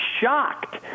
shocked